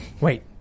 Wait